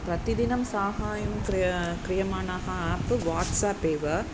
प्रतिदिनं साहाय्यं क्रि क्रियमाणः आप् वाट्साप् एव